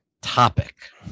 topic